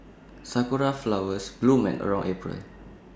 Sakura Flowers bloom around April